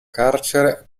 carcere